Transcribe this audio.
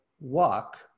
walk